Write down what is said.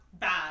Bad